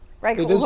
Right